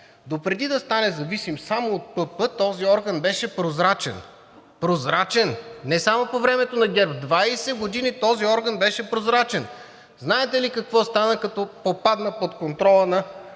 Допреди да стане зависим само от ПП, този орган беше прозрачен, не само по времето на ГЕРБ, двадесет години този орган беше прозрачен. Знаете ли какво стана, като попадна под контрола на